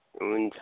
हुन्छ